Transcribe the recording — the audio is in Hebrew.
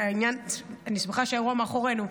אני שמחה שהאירוע מאחורינו.